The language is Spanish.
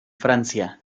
francia